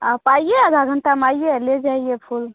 आप आइए आधा घंटा में आइए ले जाइए फूल